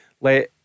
let